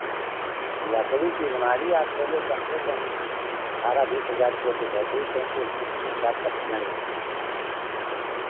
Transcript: लकड़ी की अलमारी आप लेंगे कम से कम अठारह बीस हज़ार रुपए की बैठेगी क्योंकि उसमें तीन चार पट्टियाँ लगती हैं